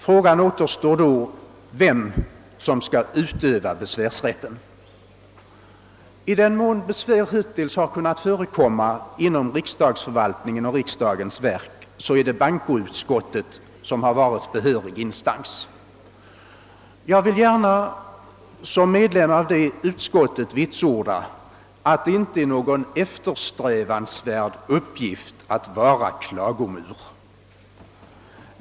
Då återstår frågan vem som skall utöva besvärsrätten. I den mån besvär hittills har kunnat förekomma inom riksdagsförvaltningen och riksdagens verk är det bankoutskottet som har varit behörig instans. Jag vill gärna som medlem av detta utskott vitsorda att det inte är någon eftersträvansvärd uppgift att vara klagomur.